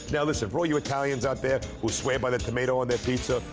now listen, for all you italians out there who swear by the tomato on their pizza.